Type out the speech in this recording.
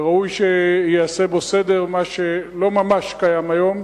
וראוי שייעשה בו סדר, מה שלא ממש קיים היום,